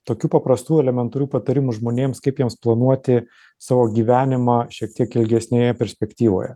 tokių paprastų elementarių patarimų žmonėms kaip jiems planuoti savo gyvenimą šiek tiek ilgesnėje perspektyvoje